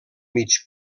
mig